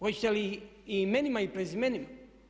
Hoćete li imenima i prezimenima?